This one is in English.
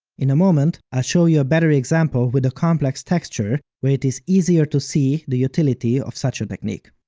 in a moment, i'll show you a better example with a complex texture where it is easier to see the utility of such a technique.